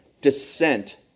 descent